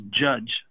judge